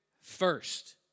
first